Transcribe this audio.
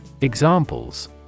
Examples